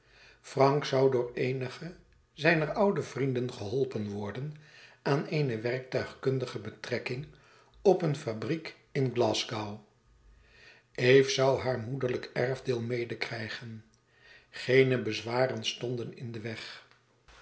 frank zoû door eenige zijner oude vrienden geholpen worden aan eene werktuigkundige betrekking op eene fabriek in glasgow eve zoû haar moederlijk erfdeel medekrijgen geene bezwaren stonden in den weg